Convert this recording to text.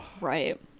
right